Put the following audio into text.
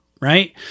Right